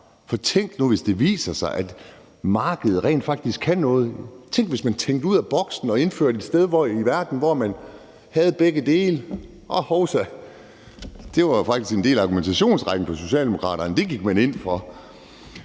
for tænk nu, hvis det viser sig, at markedet rent faktisk kan noget. Tænk, hvis man tænkte ud af boksen og indførte et sted i verden, hvor man havde begge dele. Nå, hovsa, så kunne det faktisk være en del af argumentationsrækken for Socialdemokratiet, at det gik man ind for.